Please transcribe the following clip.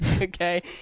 Okay